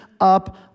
up